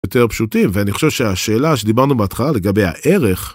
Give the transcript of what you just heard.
יותר פשוטים ואני חושב שהשאלה שדיברנו בהתחלה לגבי הערך...